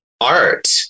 art